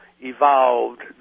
evolved